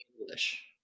English